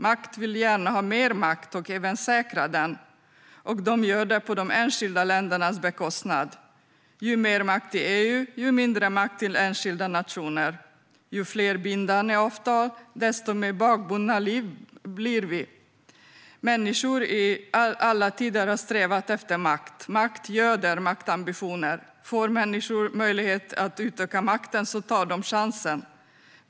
Makt vill gärna ha mer makt - och även säkra den. De gör så på de enskilda ländernas bekostnad. Ju mer makt i EU, desto mindre makt till enskilda nationer. Ju fler bindande avtal, desto mer bakbundna blir vi. Människor har i alla tider strävat efter makt. Makt göder maktambitioner. Får människor möjlighet att utöka makten tar de chansen.